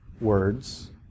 words